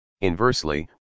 Inversely